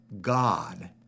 God